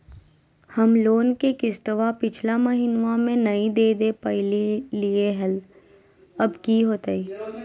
हम लोन के किस्तवा पिछला महिनवा नई दे दे पई लिए लिए हल, अब की होतई?